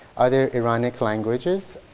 other iranic languages.